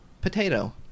potato